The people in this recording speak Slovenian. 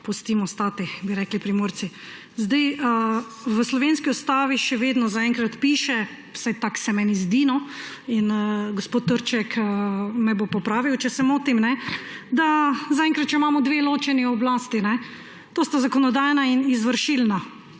pustimo stati, bi rekli Primorci. V slovenski ustavi zaenkrat še vedno piše, vsaj tako se meni zdi, gospod Trček me bo popravil, če se motim, da zaenkrat še imamo dve ločeni oblasti, to sta zakonodajna in izvršilna.